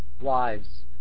wives